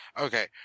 Okay